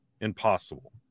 impossible